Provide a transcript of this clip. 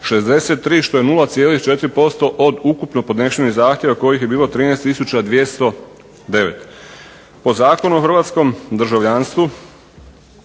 63, što je 0,4% od ukupno podnesenih zahtjeva kojih je bilo 13 209. Po Zakonu o hrvatskom državljanstvu